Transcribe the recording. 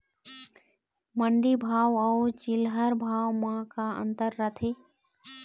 मंडी भाव अउ चिल्हर भाव म का अंतर रथे?